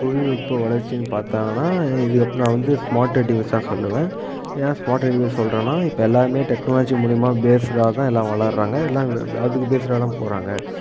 தொழில்நுட்ப வளர்ச்சின்னு பார்த்தாங்கன்னா இதுக்கப்புறம் நான் வந்து ஸ்மார்ட்டெட் டிவைஸ் தான் சொல்வேன் ஏன் ஸ்மார்டெட் டிவைஸுன்னு சொல்றேன்னா இப்போ எல்லாமே டெக்னாலஜி மூலிமா பேஸ்டாக தான் வளர்கிறாங்க எல்லாம் அதுக்கு பேஸ்டாக தான் போகிறாங்க